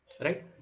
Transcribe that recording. Right